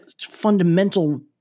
fundamental